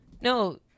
No